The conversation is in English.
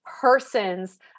person's